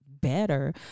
Better